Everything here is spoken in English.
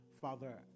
Father